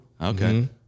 Okay